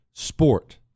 Sport